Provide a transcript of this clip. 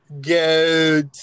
Goat